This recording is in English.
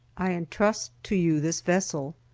i entrust to you this vessel.